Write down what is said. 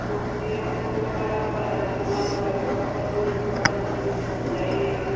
समस्तिपुर घूमे वाला समय है सब पर घूम टहल लीजिए जाइए